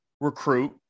recruit